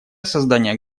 создания